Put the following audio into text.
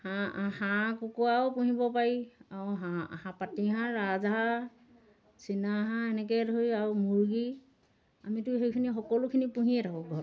হাঁহ হাঁহ কুকুৰাও পুহিব পাৰি আৰু হাঁহ পাতি হাঁহ ৰাজ হাঁহ চিনা হাঁহ এনেকৈ ধৰি আৰু মুৰ্গী আমিতো সেইখিনি সকলোখিনি পুহিয়েই থাকোঁ ঘৰত